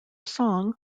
song